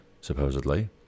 supposedly